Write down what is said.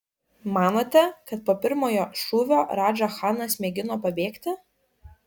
manote kad po pirmojo šūvio radža chanas mėgino pabėgti